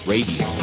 Radio